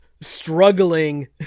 struggling